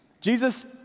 Jesus